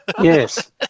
Yes